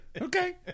okay